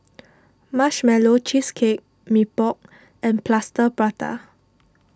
Marshmallow Cheesecake Mee Pok and Plaster Prata